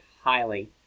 highly